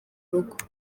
rugo